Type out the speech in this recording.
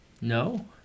No